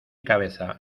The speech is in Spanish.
cabeza